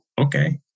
okay